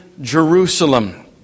Jerusalem